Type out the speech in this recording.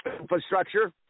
infrastructure